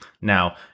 Now